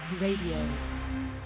Radio